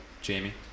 Jamie